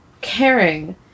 caring